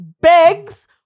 begs